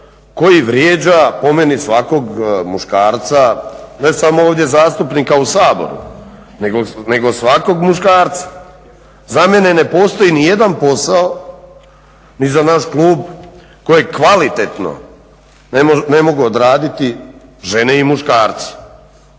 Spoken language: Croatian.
koji vrijeđa po meni svakog muškarca ne samo ovdje zastupnika u Saboru nego svakog muškarca. Za mene ne postoji nijedan posao, ni za naš klub, kojeg kvalitetno ne mogu odraditi žene i muškarci.